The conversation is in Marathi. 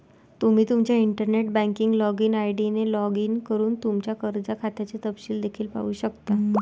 तुम्ही तुमच्या इंटरनेट बँकिंग लॉगिन आय.डी ने लॉग इन करून तुमच्या कर्ज खात्याचे तपशील देखील पाहू शकता